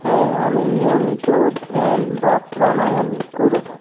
হ্যাঁ আমি নিয়মিত ধ্যান বা প্রাণায়াম করে থাকি